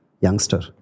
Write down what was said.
youngster